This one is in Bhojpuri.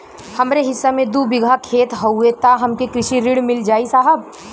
हमरे हिस्सा मे दू बिगहा खेत हउए त हमके कृषि ऋण मिल जाई साहब?